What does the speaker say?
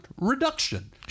reduction